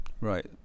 Right